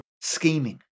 scheming